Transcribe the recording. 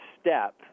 step